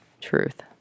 Truth